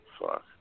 Fuck